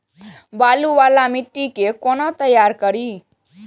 बालू वाला मिट्टी के कोना तैयार करी?